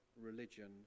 religion